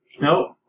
Nope